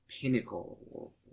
pinnacle